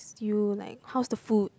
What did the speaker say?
you like how's the food